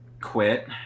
quit